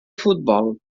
futbol